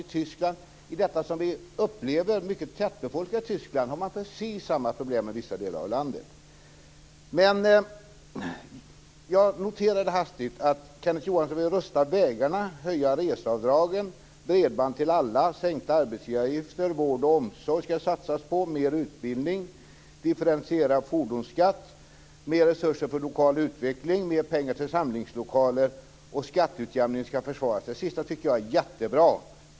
I Tyskland som man upplever som mycket tättbefolkat har man precis samma problem i vissa delar av landet. Jag noterade hastigt att Kenneth Johansson vill rusta upp vägarna, höja reseavdragen, ge bredband till alla, sänka arbetsgivaravgifterna, satsa på vård, omsorg och mer utbildning, ha differentierad fordonsskatt, ge mer resurser för lokal utveckling, ge mer pengar till samlingslokaler och försvara skatteutjämningen. Det sista tycker jag är jättebra.